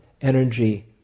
energy